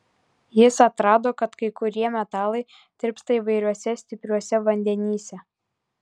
jis atrado kad kai kurie metalai tirpsta įvairiuose stipriuose vandenyse